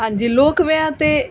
ਹਾਂਜੀ ਲੋਕ ਵਿਆਹ 'ਤੇ